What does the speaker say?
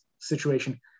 situation